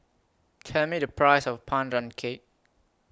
Tell Me The Price of Pandan Cake